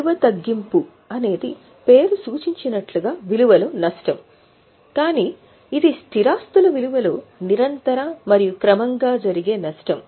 విలువ తగ్గింపు అనేది పేరు సూచించినట్లుగా విలువలో నష్టం కానీ ఇది స్థిర ఆస్తుల విలువలో నిరంతర మరియు క్రమంగా జరిగే నష్టం